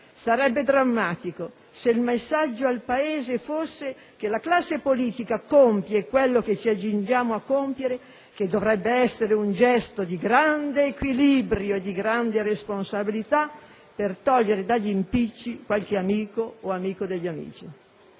Sarebbe drammatico se il messaggio al Paese fosse che la classe politica compie quel che ci accingiamo a compiere, che dovrebbe essere un gesto di grande equilibrio e di grande responsabilità, per togliere dagli impicci qualche amico o amico degli amici.